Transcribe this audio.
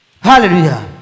Hallelujah